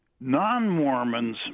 Non-Mormons